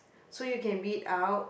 so you can read out